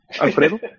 Alfredo